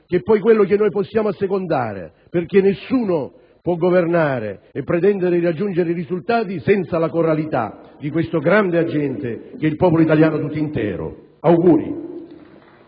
che poi è quello che noi dobbiamo assecondare, perché nessuno può governare e pretendere di raggiungere i risultati senza la coralità di questo grande agente che è il popolo italiano tutto intero. Auguri.